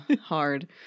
Hard